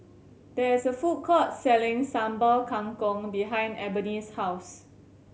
there is a food court selling Sambal Kangkong behind Ebony's house